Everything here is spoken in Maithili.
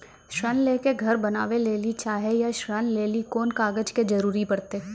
ऋण ले के घर बनावे लेली चाहे या ऋण लेली कोन कागज के जरूरी परतै?